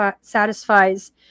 satisfies